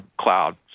cloud